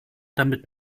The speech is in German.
damit